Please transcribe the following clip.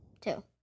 Two